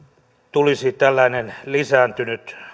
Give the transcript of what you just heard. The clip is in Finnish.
tulisi tällainen lisääntynyt